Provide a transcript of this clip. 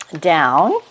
down